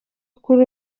kuri